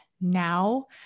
now